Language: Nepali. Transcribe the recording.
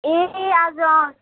ए आज